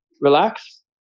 relax